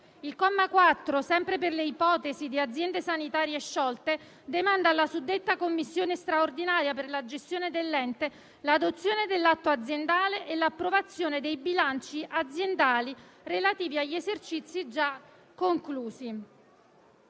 Il comma 4, sempre per le ipotesi di aziende sanitarie sciolte, demanda alla suddetta commissione straordinaria per la gestione dell'ente l'adozione dell'atto aziendale e l'approvazione dei bilanci aziendali relativi agli esercizi già conclusi.